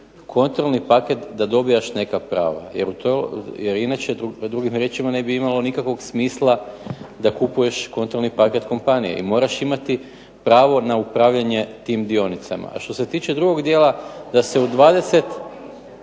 kontrolni paket da dobivaš neka prava, jer inače drugim riječima ne bi imalo nikakvog smisla da kupuješ kontrolni paket kompanija i moraš imati pravo na upravljanje tim dionicama. A što se tiče drugog dijela, da se u 25%